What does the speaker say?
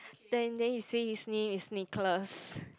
then then he say his name is Nicholas